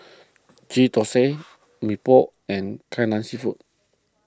Ghee Thosai Mee Pok and Kai Lan Seafood